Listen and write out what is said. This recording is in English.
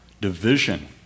division